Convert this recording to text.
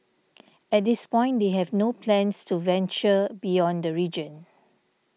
at this point they have no plans to venture beyond the region